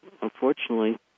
unfortunately